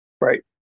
Right